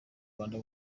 rwanda